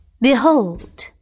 Behold